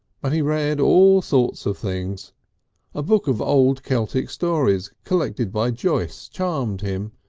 but he read all sorts of things a book of old keltic stories collected by joyce charmed him,